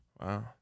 wow